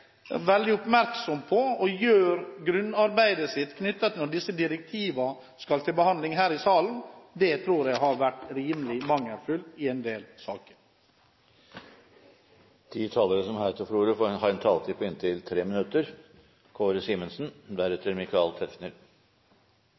oppmerksom på dette og gjør grunnarbeidet sitt når direktivene skal til behandling her i salen. Det tror jeg har vært rimelig mangelfullt i en del saker. De talere som heretter får ordet, har en taletid på inntil 3 minutter.